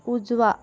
उजवा